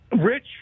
Rich